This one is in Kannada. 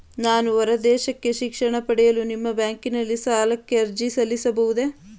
ನಾನು ಹೊರದೇಶಕ್ಕೆ ಶಿಕ್ಷಣ ಪಡೆಯಲು ನಿಮ್ಮ ಬ್ಯಾಂಕಿನಲ್ಲಿ ಸಾಲಕ್ಕೆ ಅರ್ಜಿ ಸಲ್ಲಿಸಬಹುದೇ?